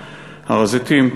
הר-הזיתים,